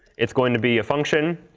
it's going to be a function.